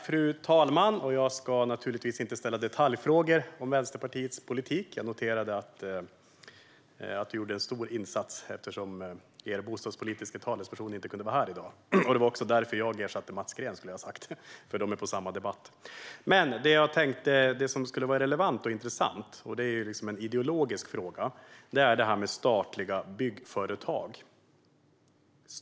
Fru talman! Jag ska inte ställa några detaljfrågor om Vänsterpartiets politik, Hamza Demir. Jag noterade att du gjorde en stor insats eftersom er bostadspolitiska talesperson inte kunde vara här i dag. Det var också därför som jag ersatte Mats Green. De är på samma debatt. Det som är relevant och intressant är en ideologisk fråga om detta med statliga byggföretag.